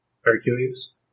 Hercules